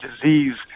disease